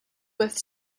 with